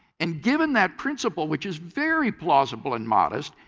and given that principle which is very plausible and modest,